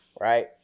Right